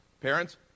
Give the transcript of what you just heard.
Parents